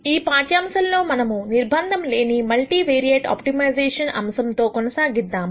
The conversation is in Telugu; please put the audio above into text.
ఈ పాఠ్యాంశంలో మనము నిర్బంధము లేని మల్టీవేరియేట్ ఆప్టిమైజేషన్ అంశంతో కొనసాగిద్దాం